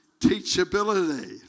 teachability